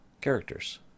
characters